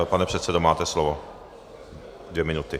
Pane předsedo, máte slovo, dvě minuty.